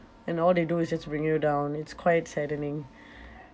and all they do is just bring you down it's quite saddening